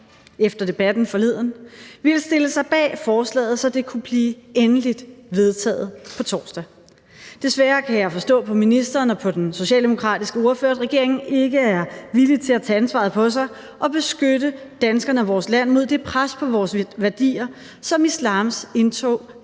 efter debatten forleden ville stille sig bag forslaget, så det kunne blive endeligt vedtaget på torsdag. Desværre kan jeg forstå på ministeren og på den socialdemokratiske ordfører, at regeringen ikke er villig til at tage ansvaret på sig og beskytte danskerne og vores land mod det pres på vores værdier, som islams indtog er